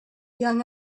young